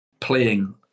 playing